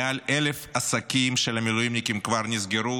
מעל 1,000 עסקים של המילואימניקים כבר נסגרו,